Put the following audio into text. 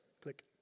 click